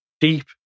deep